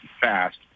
fast